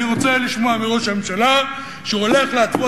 אני רוצה לשמוע מראש הממשלה שהוא הולך להתוות